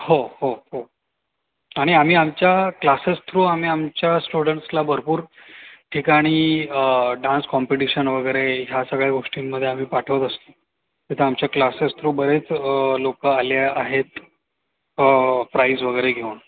हो हो हो आणि आम्ही आमच्या क्लासेस थ्रू आम्ही आमच्या स्टुडंट्सला भरपूर ठिकाणी डांस कॉम्पिटिशन वगैरे ह्या सगळ्या गोष्टींमध्ये आम्ही पाठवत असतो ते तर आमच्या क्लासेस थ्रू बरेच लोकं आले आहेत प्राईज वगैरे घेऊन